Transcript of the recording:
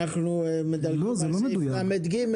זה לא מדויק.